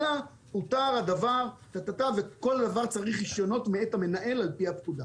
אלא במידה והותר הדבר" כל דבר צריך ברישיונות מאת המנהל על פי הפקודה.